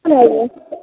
ରହିବେ